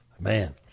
Man